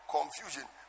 confusion